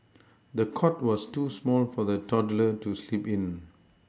the cot was too small for the toddler to sleep in